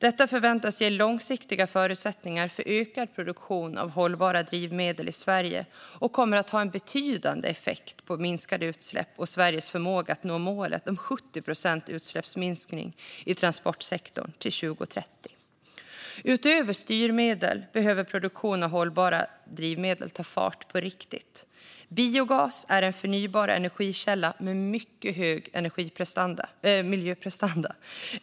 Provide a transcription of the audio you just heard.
Detta förväntas ge långsiktiga förutsättningar för ökad produktion av hållbara drivmedel i Sverige och kommer att ha en betydande effekt på minskade utsläpp och Sveriges förmåga att nå målet om 70 procents utsläppsminskning i transportsektorn till 2030. Utöver styrmedel behöver produktion av hållbara drivmedel ta fart på riktigt. Biogas är en förnybar energikälla med mycket hög miljöprestanda.